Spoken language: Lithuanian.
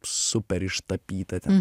super ištapytą ten